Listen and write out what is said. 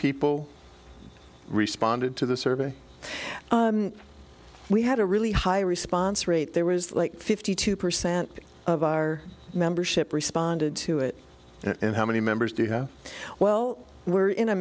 people i responded to the survey we had a really high response rate there was like fifty two percent of our membership responded to it and how many members do you know well we're in a